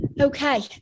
okay